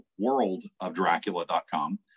worldofdracula.com